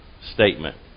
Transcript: statement